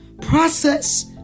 process